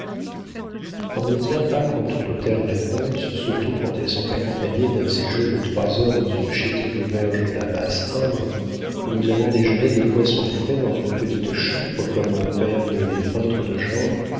on ne tient pas contre de telles réponses surtout quand elles sont accompagnées d'un séjour de trois heures dans une chétive auberge de la basse indre où nous avons déjeuné de poisson frais dans une petite chambre comme en peignent les peintres de genre